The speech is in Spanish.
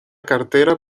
cartera